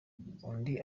undi